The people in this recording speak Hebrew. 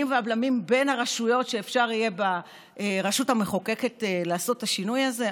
והבלמים בין הרשויות שאפשר יהיה ברשות המחוקקת לעשות את השינוי הזה?